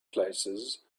places